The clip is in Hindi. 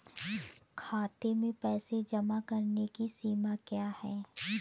खाते में पैसे जमा करने की सीमा क्या है?